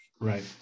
Right